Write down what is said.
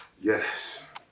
Yes